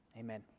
Amen